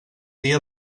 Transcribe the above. dia